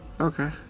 Okay